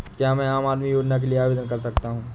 क्या मैं आम आदमी योजना के लिए आवेदन कर सकता हूँ?